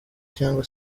cyangwa